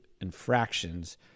infractions